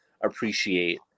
appreciate